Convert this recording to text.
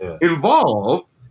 involved